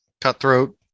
Cutthroat